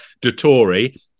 Dottori